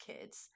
kids